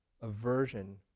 aversion